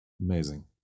Amazing